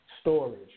storage